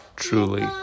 truly